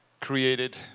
created